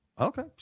Okay